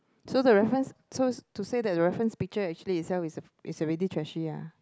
so the reference so to say that the reference picture actually itself is already trashy ah